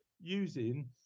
using